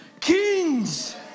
kings